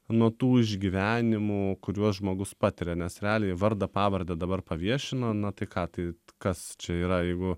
nuo tų išgyvenimų kuriuos žmogus patiria nes realiai vardą pavardę dabar paviešino na tai ką tai kas čia yra jeigu